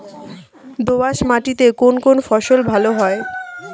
দোঁয়াশ মাটিতে কোন কোন ফসল ভালো হয়?